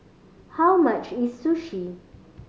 how much is Sushi